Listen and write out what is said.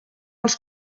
els